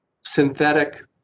synthetic